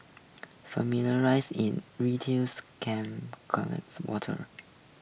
familiar rise in camps collects water